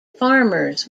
farmers